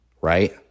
right